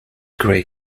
gray